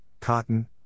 cotton